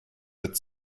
wird